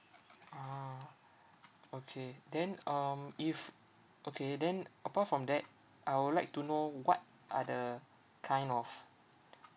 ah okay then um if okay then apart from that I would like to know what are the kind of